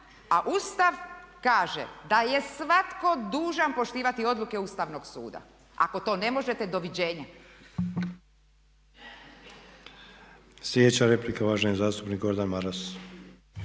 a Ustav kaže da je svatko dužan poštivati odluke Ustavnog suda, ako to ne možete doviđenja. **Sanader, Ante (HDZ)** Sljedeća replika uvaženi zastupnik Gordan Maras.